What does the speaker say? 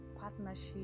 partnership